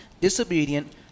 disobedient